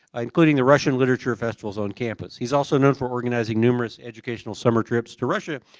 ah including the russian literature festivals on campus. he is also known for organizing numerous educational summer trips to russia,